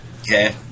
Okay